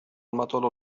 المطر